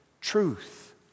truth